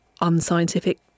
unscientific